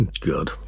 Good